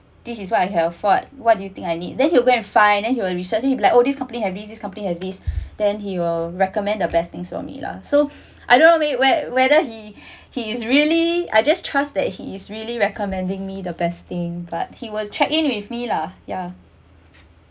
this is what I can afford what do you think I need then he'll go and find then he will research like all these company have this this company has this then he will recommend the best things for me lah so I don't want me where whether he he is really I just trust that he is really recommending me the best thing but he was check in with me lah ya